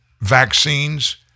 vaccines